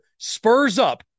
SPURSUP